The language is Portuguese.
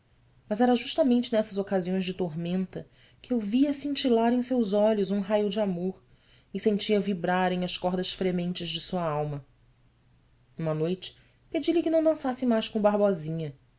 mas era justamente nessas ocasiões de tormenta que eu via cintilar em seus olhos um raio de amor e sentia vibrarem as cordas frementes de sua alma uma noite pedi-lhe que não dançasse mais com o barbosinha